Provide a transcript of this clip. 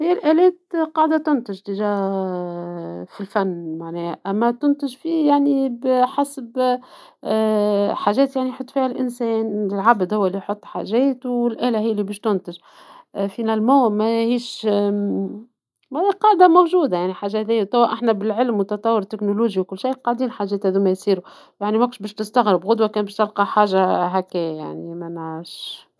غير قالت قاعداً تنتچ تچاه في الفن معناها اما تنتچ في يعني بحسب آآ حاچات يعني يحط فيها الإنسان العبد هو لي يحط حاچات والآلة هي لي باش تنتچ، آآ فينا المو ماهيش آآ ماني قاعدة موچودة يعني حاچة هاديا توا حنا بالعلم والتطور التكنولوچي وكل شيء قاعدين حاچات هاذوما يصيروا يعني ماكش باش تستغرب غدوة كانت باش تلقى حاچة هاكايا يعني ماناش.